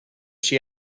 she